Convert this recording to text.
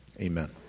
Amen